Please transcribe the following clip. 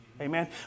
amen